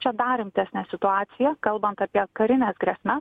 čia dar rimtesnė situacija kalbant apie karines grėsmes